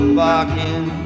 barking